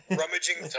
rummaging